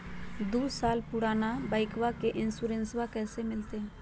दू साल पुराना बाइकबा के इंसोरेंसबा कैसे मिलते?